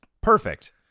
perfect